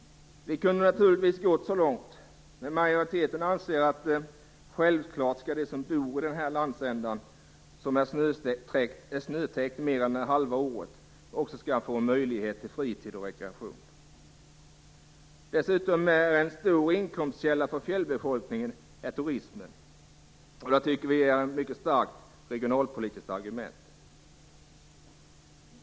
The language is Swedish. Vi kunde naturligtvis ha gått så långt, men majoriteten anser att de som bor i den landsända som är snötäckt mer än halva året självklart skall ha möjlighet till fritid och rekreation. Dessutom är turismen en stor inkomstkälla för fjällbefolkningen. Det tycker vi är ett mycket starkt regionalpolitiskt argument.